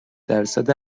درصد